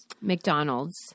McDonald's